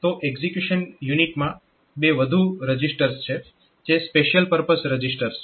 તો એક્ઝીક્યુશન યુનિટમાં બે વધુ રજીસ્ટર્સ છે જે સ્પેશિયલ પર્પઝ રજીસ્ટર્સ છે